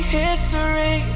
history